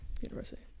University